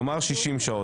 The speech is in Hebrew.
כלומר 60 שעות,